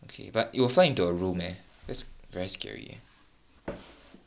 okay but you it will fly into your room eh that's very scary